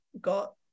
got